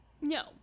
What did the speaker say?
no